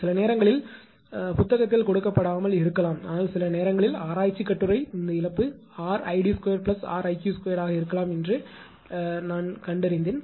சில நேரங்களில் புத்தகத்தில் கொடுக்கப்படாமல் இருக்கலாம் ஆனால் சில நேரங்களில் ஆராய்ச்சி கட்டுரை இந்த இழப்பு 𝑅𝐼d2 𝑅𝐼𝑞2 ஆக இருக்கலாம் என்று கண்டறிந்தேன்